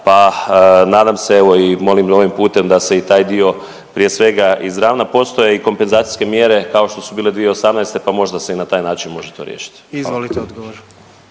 pa nadam se evo i molim ovim putem da se i taj dio prije svega izravna. Postoje i kompenzacijske mjere kao što su bile 2018. pa možda se i na taj način može to riješiti.